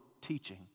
teaching